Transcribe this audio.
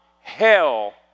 hell